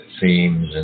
themes